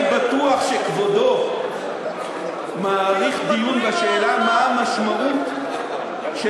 אני בטוח שכבודו מעריך דיון בשאלה מה המשמעות של